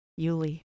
Yuli